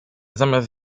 zamiast